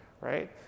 right